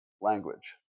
language